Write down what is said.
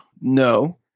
No